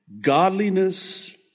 godliness